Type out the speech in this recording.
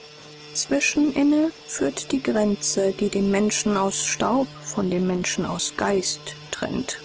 philosophie zwischeninne führt die grenze die den menschen aus staub von dem menschen aus geist trennt